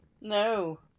No